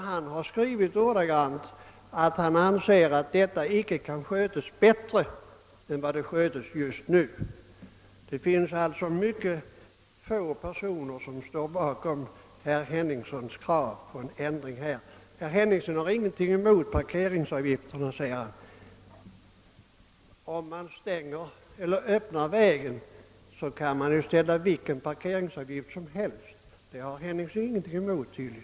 Han har skrivit att han anser att detta område vi diskuterar inte kan skötas bättre än som sker just nu. Det finns alltså mycket få personer som står bakom herr Henningssons krav på en ändring på denna punkt. Herr Henningsson sade att han ingenting har emot parkeringsavgifterna. Om man öppnar vägen kan man ju i stället fastställa vilken parkeringsavgift som helst. Det har herr Henningsson tydligen ingenting emot.